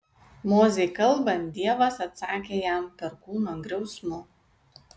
mozei kalbant dievas atsakė jam perkūno griausmu